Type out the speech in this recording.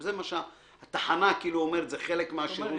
התחנה אומרת זה חלק מהשירות.